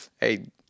hey